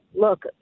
look